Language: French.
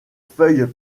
feuilles